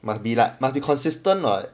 must be like must be consistent [what]